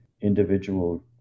individual